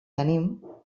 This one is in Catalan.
tenim